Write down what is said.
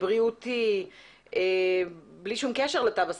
בריאותי בלי שום קשר לתו הסגול,